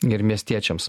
ir miestiečiams